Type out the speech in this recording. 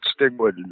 Stigwood